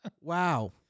Wow